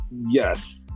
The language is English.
Yes